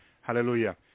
Hallelujah